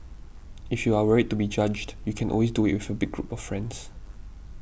if you are worried to be judged you can always do it with a big group of friends